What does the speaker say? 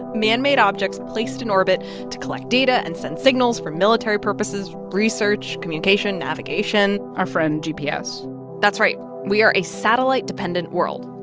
man-made objects placed in orbit to collect data and send signals for military purposes, research, communication, navigation. our friend gps that's right. we are a satellite-dependent world.